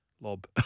Lob